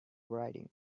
writing